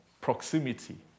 proximity